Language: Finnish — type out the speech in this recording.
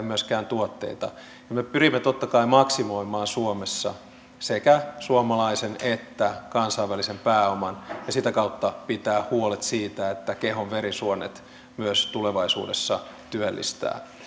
myöskään tuotteita me me pyrimme totta kai maksimoimaan suomessa sekä suomalaisen että kansainvälisen pääoman ja sitä kautta pitämään huolen siitä että kehon verisuonet myös tulevaisuudessa työllistävät